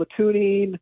platooning